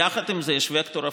יחד עם זאת, יש וקטור הפוך: